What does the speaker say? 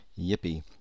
yippee